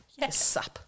Yes